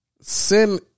sin